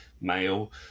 male